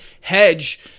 hedge